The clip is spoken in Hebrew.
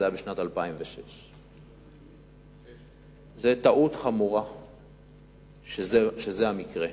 היה בשנת 2006. זו טעות חמורה שזה המקרה,